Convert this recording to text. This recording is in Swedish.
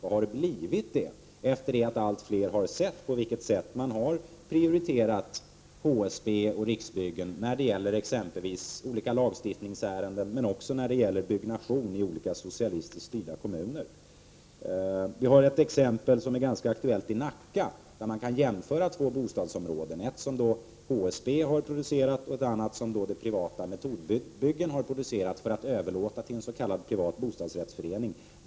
Det har blivit det sedan allt fler har sett på vilket sätt man har prioriterat HSB och Riksbyggen, exempelvis i olika lagstiftningsärenden men också när det gäller byggnation i socialistiskt styrda kommuner. Vi har ett exempel som är ganska aktuellt i Nacka, där man kan jämföra två bostadsområden, ett som HSB producerat och ett annat som det privata Metodbyggen har producerat för att överlåta till en s.k. privat bostadsrättsförening.